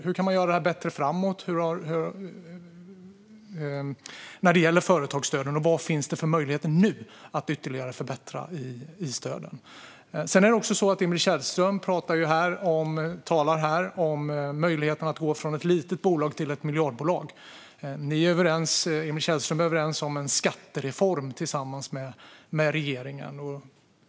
Hur kan man göra det bättre framåt när det gäller företagsstöden, och vad finns det för möjligheter nu att ytterligare förbättra dem? Emil Källström talar här om möjligheten att gå från ett litet bolag till ett miljardbolag. Emil Källström och Centerpartiet är överens med regeringen om en skattereform.